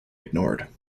ignored